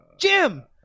Jim